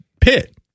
Pitt